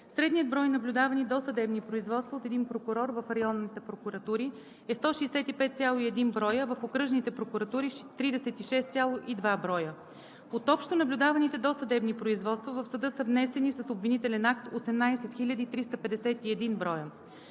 Средният брой наблюдавани досъдебни производства от един прокурор в районните прокуратури е 165,1 броя, а в окръжните прокуратури – 36,2 броя. От общо наблюдаваните досъдебни производства в съда са внесени с обвинителен акт 18 351 броя.